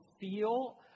feel